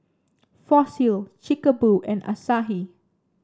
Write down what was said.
Fossil Chic Boo and Asahi